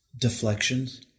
deflections